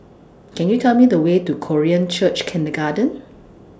Can YOU Tell Me The Way to Korean Church Kindergarten